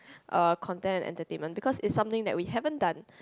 uh content entertainment because it's something that we haven't done